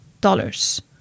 dollars